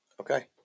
Okay